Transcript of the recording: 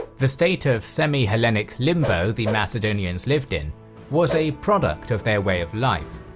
the state of semi-hellenic limbo the macedonians lived in was a product of their way of life,